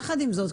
יחד עם זאת,